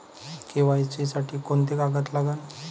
KYC साठी कोंते कागद लागन?